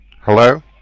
Hello